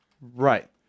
Right